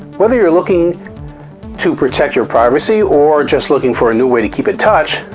whether you're looking to protect your privacy or just looking for a new way to keep in touch,